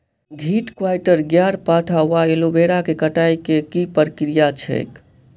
घृतक्वाइर, ग्यारपाठा वा एलोवेरा केँ कटाई केँ की प्रक्रिया छैक?